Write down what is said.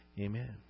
Amen